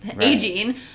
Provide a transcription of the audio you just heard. aging